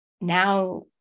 now